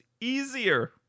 easier